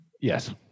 Yes